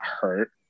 hurt